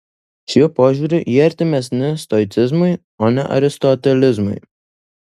šiuo požiūriu jie artimesni stoicizmui o ne aristotelizmui